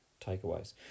takeaways